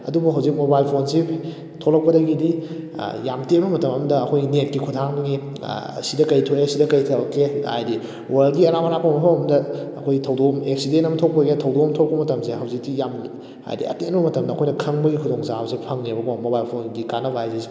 ꯑꯗꯨꯕꯨ ꯍꯧꯖꯤꯛ ꯃꯣꯕꯥꯏꯜ ꯐꯣꯟꯁꯤ ꯊꯣꯛꯂꯛꯄꯗꯒꯤꯗꯤ ꯌꯥꯝ ꯇꯦꯟꯕ ꯃꯇꯃ ꯑꯃꯗ ꯑꯩꯍꯣꯏ ꯅꯦꯠꯀꯤ ꯈꯨꯠꯊꯥꯡꯗꯒꯤ ꯁꯤꯗ ꯀꯔꯤ ꯊꯣꯛꯑꯦ ꯁꯤꯗ ꯀꯔꯤ ꯊꯣꯛꯀꯦ ꯍꯥꯏꯗꯤ ꯋꯥꯔꯜꯒꯤ ꯑꯔꯥꯞ ꯑꯔꯥꯞꯄ ꯃꯐꯝ ꯑꯃꯗ ꯑꯩꯈꯣꯏꯒꯤ ꯊꯧꯗꯣꯛ ꯑꯦꯛꯁꯤꯗꯦꯟ ꯑꯃ ꯊꯣꯛꯄ ꯑꯣꯏꯒꯦꯔꯥ ꯊꯧꯗꯣꯛ ꯑꯃ ꯊꯣꯛꯄ ꯃꯇꯝꯁꯦ ꯍꯧꯖꯤꯛꯇꯤ ꯌꯥꯝ ꯍꯥꯏꯗꯤ ꯑꯇꯦꯟꯕ ꯃꯇꯝꯗ ꯑꯩꯈꯣꯏꯅ ꯈꯪꯕꯒꯤ ꯈꯨꯗꯣꯡ ꯆꯥꯕꯁꯤ ꯐꯪꯉꯦꯕꯀꯣ ꯃꯣꯕꯥꯏꯜ ꯐꯣꯟꯒꯤ ꯀꯥꯟꯅꯕ ꯍꯥꯏꯁꯦ